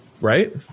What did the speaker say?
right